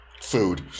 food